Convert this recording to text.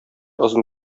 озын